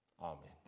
Amen